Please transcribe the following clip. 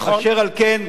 אשר על כן,